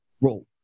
role